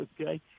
Okay